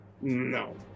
No